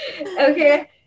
Okay